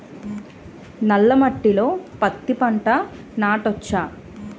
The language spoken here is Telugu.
నల్ల మట్టిలో పత్తి పంట నాటచ్చా?